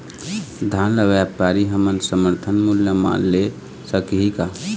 धान ला व्यापारी हमन समर्थन मूल्य म ले सकही का?